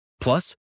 plus